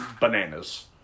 bananas